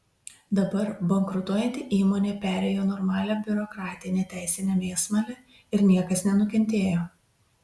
dabar bankrutuojanti įmonė perėjo normalią biurokratinę teisinę mėsmalę ir niekas nenukentėjo